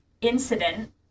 incident